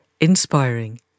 inspiring